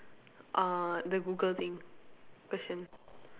uh the Google thing question